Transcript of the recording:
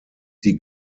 die